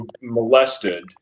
molested